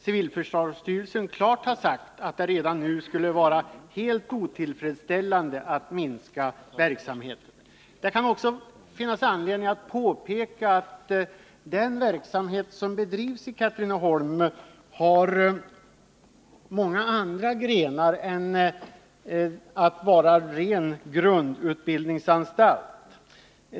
Civilförsvarsstyrelsen har alltså klart sagt ifrån att det skulle vara helt otillfredsställande att minska verksamheten vid civilförsvarets anläggning i Katrineholm. Den är inte enbart en grundutbildningsanstalt.